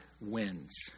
wins